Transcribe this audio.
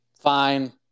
Fine